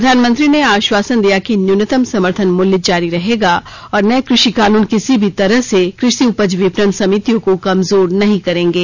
प्रधानमंत्री ने आश्वासन दिया कि न्यूनतम समर्थन मूल्य जारी रहेगा और नए क्रषि कानून किसी भी तरह से कृषि उपज विपणन समितियों को कमजोर नहीं करेंगे